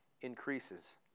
increases